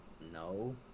No